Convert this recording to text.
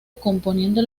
componiendo